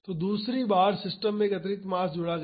तो दूसरी बार सिस्टम में एक अतिरिक्त मास जोड़ा गया